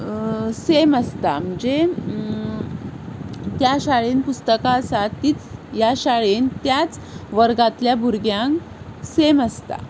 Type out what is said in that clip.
same आसता म्हणजे त्या शाळेंत पुस्तकां आसात तींच ह्या शाळेंत त्याच वर्गांतल्या भुरग्यांक सेम आसता